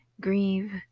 grieve